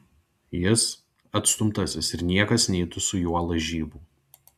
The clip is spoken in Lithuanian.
jis atstumtasis ir niekas neitų su juo lažybų